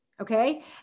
Okay